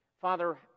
Father